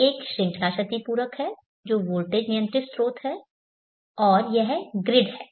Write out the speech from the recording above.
एक श्रृंखला क्षतिपूरक है जो वोल्टेज नियंत्रित स्रोत है और यह ग्रिड है